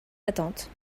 d’attente